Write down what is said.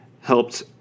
helped